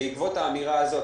בעקבות האמירה הזאת,